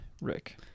Rick